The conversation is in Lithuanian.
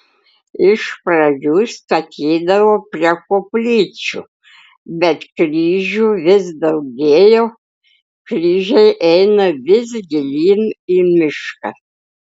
iš pradžių statydavo prie koplyčių bet kryžių vis daugėjo kryžiai eina vis gilyn į mišką